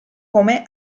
come